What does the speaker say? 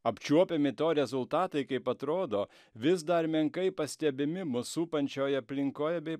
apčiuopiami to rezultatai kaip atrodo vis dar menkai pastebimi mus supančioj aplinkoj bei